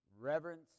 reverence